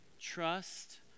Trust